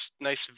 Nice